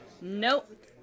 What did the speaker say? Nope